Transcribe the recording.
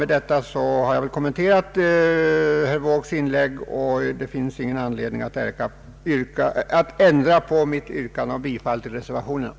Med detta har jag kommenterat herr Wåågs inlägg, och det finns ingen anledning att ändra mitt yrkande om bifall till reservationerna.